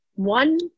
one